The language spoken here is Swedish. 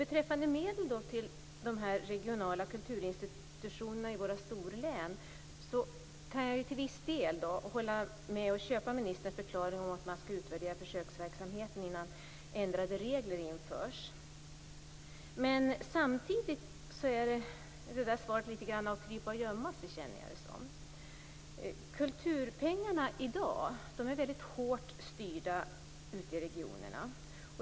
Vad gäller medel till de regionala kulturinstitutionerna i våra storlän kan jag till viss del acceptera ministerns förklaring att försöksverksamheten skall utvärderas innan regeländringar genomförs. Men samtidigt känner jag svaret lite grann som en undanflykt. Kulturpengarna är i dag väldigt hårt styrda ute i regionerna.